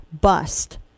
bust